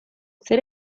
zer